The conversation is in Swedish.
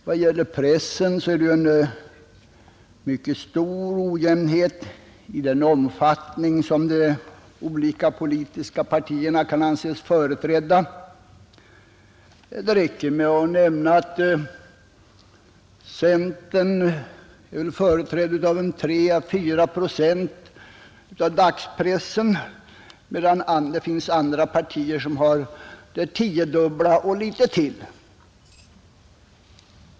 Vad det gäller pressen är det en mycket stor ojämnhet i den omfattning i vilken de olika politiska partierna kan anses företräda. Det räcker med att nämna att centern är företrädd av tre ä fyra procent av dagspressen, medan det finns andra partier som har det tiodubbla och litet till.